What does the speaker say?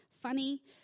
funny